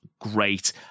great